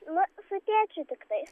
nu su tėčiu tiktai